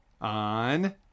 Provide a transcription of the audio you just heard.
on